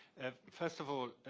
ah first of all,